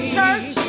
Church